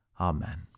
amen